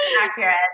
accurate